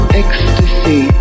ecstasy